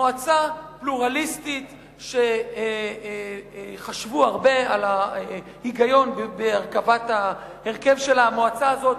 מועצה פלורליסטית שחשבו הרבה על ההיגיון בהרכבת ההרכב של המועצה הזאת,